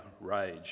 rage